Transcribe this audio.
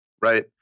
Right